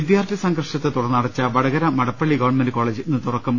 വിദ്യാർത്ഥി സംഘർഷത്തെ തുടർന്ന് അടച്ച വടകര മടപ്പള്ളി ഗവൺമെന്റ് കോളേജ് ഇന്ന് തുറക്കും